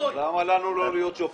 למה לנו לא להיות שופטים?